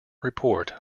report